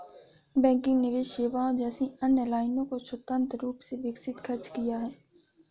banking निवेश सेवाओं जैसी अन्य लाइनों को स्वतंत्र रूप से विकसित खर्च किया है